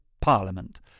Parliament